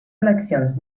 eleccions